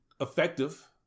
effective